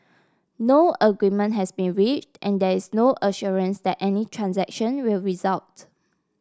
no agreement has been reached and there is no assurance that any transaction will result